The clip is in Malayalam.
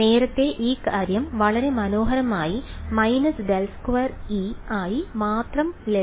നേരത്തെ ഈ കാര്യം വളരെ മനോഹരമായി − ∇2E ആയി മാത്രം ലളിതമാക്കി